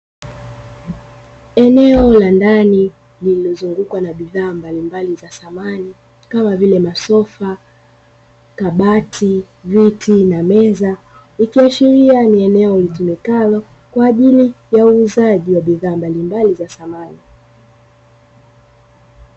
Eneo la ndani lililozungukwa na bidhaa mbalimbali za samani, kama vile; masofa, kabati, viti na meza, ikiashiria ni eneo litumikalo kwa ajili ya uuzaji wa bidhaa mbalimbali za samani.